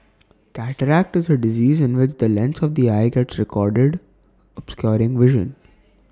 cataract is A disease in which the lens of the eye gets re clouded obscuring vision